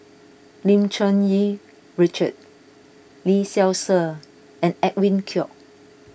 Lim Cherng Yih Richard Lee Seow Ser and Edwin Koek